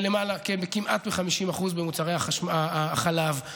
כמעט ב-50% במוצרי החלב,